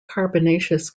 carbonaceous